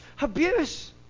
abuse